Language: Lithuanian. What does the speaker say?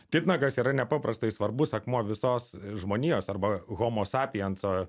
titnagas yra nepaprastai svarbus akmuo visos žmonijos arba homosapijenco